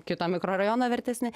kito mikrorajono vertesni